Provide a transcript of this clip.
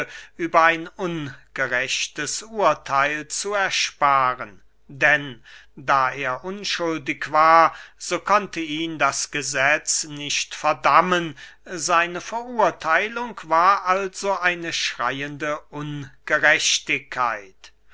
über ein ungerechtes urtheil zu ersparen denn da er unschuldig war so konnte ihn das gesetz nicht verdammen seine verurtheilung war also eine schreyende ungerechtigkeit